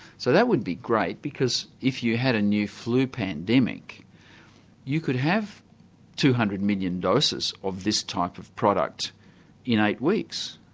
so that would be great because if you had a new flu pandemic you could have two hundred million doses of this type of product in eight weeks,